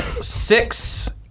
six